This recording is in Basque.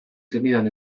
zenidan